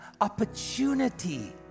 opportunity